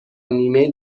نیمه